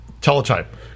Teletype